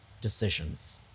decisions